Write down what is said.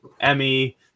Emmy